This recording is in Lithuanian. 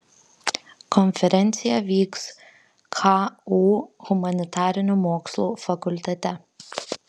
konferencija vyks ku humanitarinių mokslų fakultete